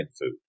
food